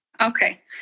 Okay